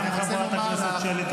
אני רוצה לומר לך,